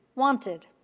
wanted.